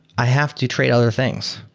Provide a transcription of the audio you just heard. i have to trade other things.